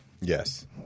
Yes